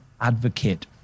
advocate